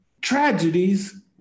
tragedies